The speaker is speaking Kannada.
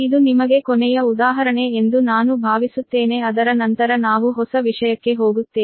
ಇದು ನಿಮಗೆ ಕೊನೆಯ ಉದಾಹರಣೆ ಎಂದು ನಾನು ಭಾವಿಸುತ್ತೇನೆ ಅದರ ನಂತರ ನಾವು ಹೊಸ ವಿಷಯಕ್ಕೆ ಹೋಗುತ್ತೇವೆ